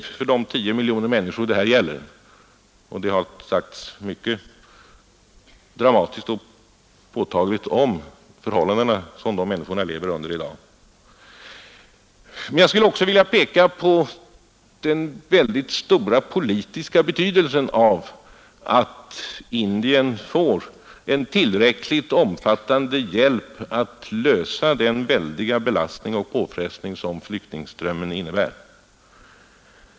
Det gäller här 10 miljoner människor, och det har sagts mycket dramatiskt i dag om de förhållanden under vilka de lever. Jag skulle också vilja peka på den stora politiska betydelsen av att Indien får en tillräckligt omfattande hjälp att klara den väldiga belastning och påfrestning som flyktingströmmen innebär.